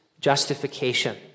justification